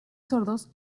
sordos